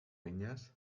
viñas